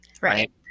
right